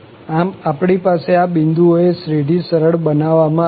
આમ આપણી પાસે આ બિંદુઓએ શ્રેઢી સરળ બનાવવા માં આવશે